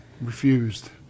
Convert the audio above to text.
refused